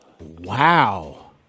Wow